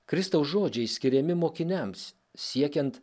kristaus žodžiai skiriami mokiniams siekiant